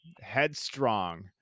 Headstrong